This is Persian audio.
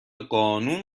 قانون